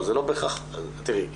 תראי,